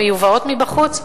מיובאות מבחוץ,